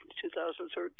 2013